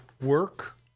work